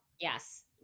yes